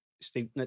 Steve